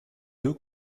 deux